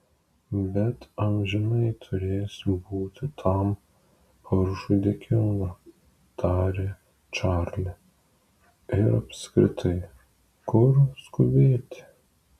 bet amžinai turėsi būti tam paršui dėkinga tarė čarli ir apskritai kur skubėti